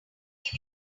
top